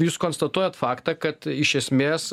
jūs konstatuojat faktą kad iš esmės